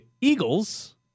Eagles